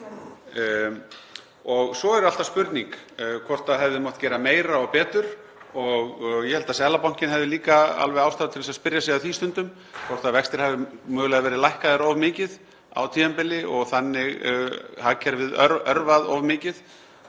…) Svo er alltaf spurning hvort það hefði mátt gera meira og betur og ég held að Seðlabankinn hefði líka alveg ástæðu til að spyrja sig að því stundum hvort vextir hafi mögulega verið lækkaðir of mikið á tímabili og þannig hagkerfið örvað of mikið.